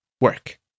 work